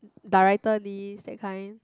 director list that kind